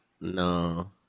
No